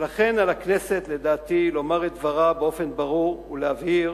ולכן על הכנסת לדעתי לומר את דברה באופן ברור ולהבהיר